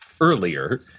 earlier